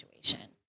situation